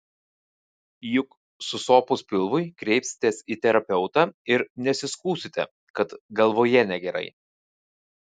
juk susopus pilvui kreipsitės į terapeutą ir nesiskųsite kad galvoje negerai